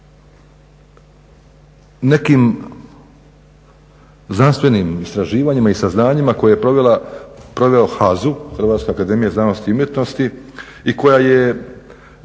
nekim znanstvenim istraživanjima i saznanjima koje je proveo HAZU, Hrvatska akademija znanosti i umjetnosti i koja je